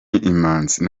imanzi